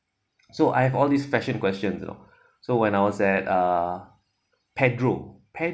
so I have all these fashion question though so when I was at uh pedro